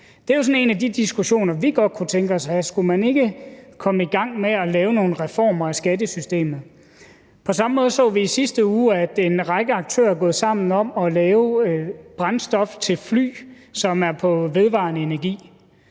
sådan en af de diskussioner, vi godt kunne tænke os at have. Skulle man ikke komme i gang med at lave nogle reformer af skattesystemet? På samme måde så vi i sidste uge, at en række aktører er gået sammen om at lave brændstof til fly, som er på vedvarende energi.